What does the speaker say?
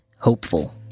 hopeful